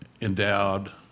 endowed